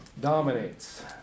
dominates